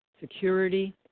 security